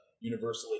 universally